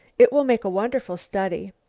it will make a wonderful study.